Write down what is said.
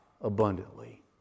abundantly